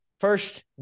First